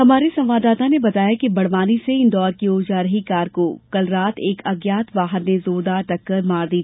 हमारे संवाददाता ने बताया कि बड़वानी से इंदौर की ओर जा रही कार को कल रात एक अज्ञात वाहन ने जोरदार टक्कर मार दी